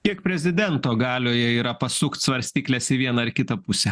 kiek prezidento galioje yra pasukt svarstykles į vieną ar kitą pusę